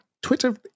Twitter